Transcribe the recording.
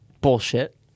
Bullshit